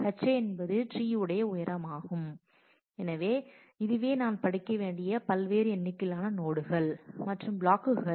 Hi என்பது tree உடைய உயரம் ஆகும் எனவே இதுவே நான் படிக்க வேண்டிய பல்வேறு எண்ணிக்கையிலான நோடுகள் மற்றும் பிளாக்குகள்